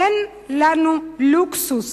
אין לנו הלוקסוס